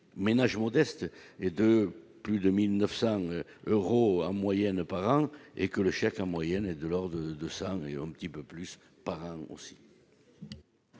ménages modestes et de plus de 1000 900 euros en moyenne par an et que le chèque en moyenne et de l'ordre de de ça et un petit peu plus par un aussi.